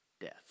death